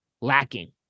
lacking